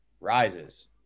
rises